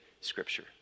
Scripture